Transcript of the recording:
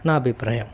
నా అభిప్రాయం